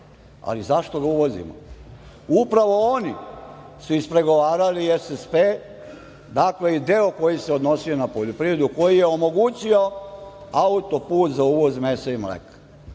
ali zašto ga uvozimo? Upravo oni su ispregovarali SSP i deo koji se odnosio na poljoprivredu, a koji je omogućio autoput za uvoz mesa i mleka.